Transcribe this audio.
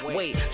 Wait